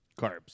Carbs